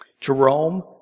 Jerome